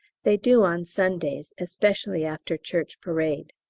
they do on sundays especially after church parade.